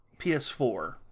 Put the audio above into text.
PS4